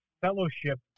fellowship